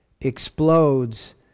explodes